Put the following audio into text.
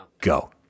Go